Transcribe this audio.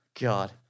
God